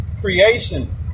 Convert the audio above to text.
creation